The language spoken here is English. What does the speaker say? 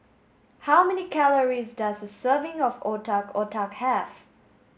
how many calories does a serving of Otak Otak have